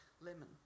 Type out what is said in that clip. lemon